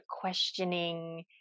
questioning